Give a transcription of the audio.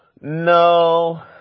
No